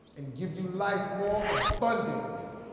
and give you life more abundantly.